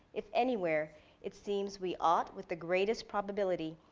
if anywhere it seems we ought, with the greatest probability,